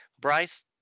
Bryce